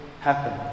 happen